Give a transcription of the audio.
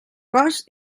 cos